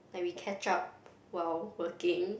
like we catch up while working